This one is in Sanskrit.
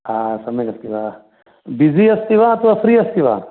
सम्यगस्ति वा बिसि अस्ति वा अथवा फ्री़ अस्ति वा